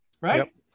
right